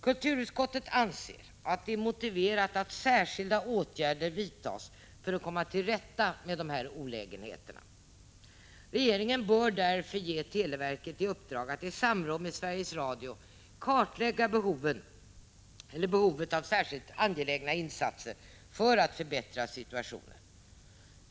Kulturutskottet anser att det är motiverat att särskilda åtgärder vidtas för att man skall komma till rätta med de här olägenheterna. Regeringen bör därför ge televerket i uppdrag att i samråd med Sveriges Radio kartlägga behovet av särskilt angelägna insatser för att förbättra situationen.